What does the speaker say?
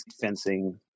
fencing